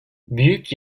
büyük